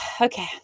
okay